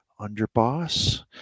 underboss